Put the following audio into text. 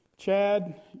Chad